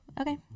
okay